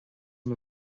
orm